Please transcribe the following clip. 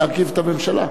להרכיב את הממשלה.